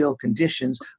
conditions